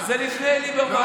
זה לפני ליברמן.